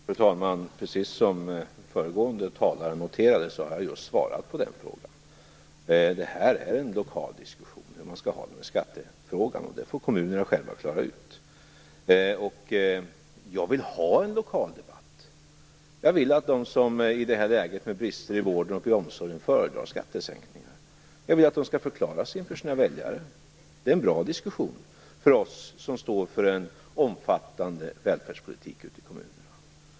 Fru talman! Precis som föregående talare noterade har jag just svarat på den frågan. Hur man skall ha det med skattefrågan är en lokal diskussion. Det får kommunerna själva klara ut. Jag vill ha en lokal debatt. Jag vill att de som i det här läget, med brister i vården och omsorgen, föredrar skattesänkningar skall förklara sig för sina väljare. Det är en bra diskussion för oss som står för en omfattande välfärdspolitik ute i kommunerna.